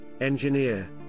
engineer